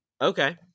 Okay